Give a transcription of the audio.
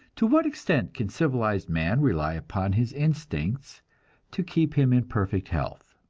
to what extent can civilized man rely upon his instincts to keep him in perfect health?